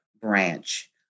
branch